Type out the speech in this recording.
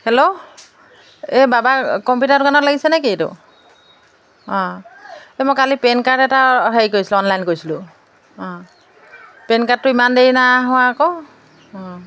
hello এই বাবা computer দোকানত লাগিছে নেকি এইটো অঁ এই মই কালি পেন কাৰ্ড এটা হেৰি কৰিছিলোঁ অনলাইন কৰিছিলোঁ অঁ পেন কাৰ্ডটো ইমান দেৰি নাই অহা আকৌ